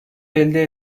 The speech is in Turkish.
elde